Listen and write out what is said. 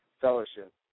fellowship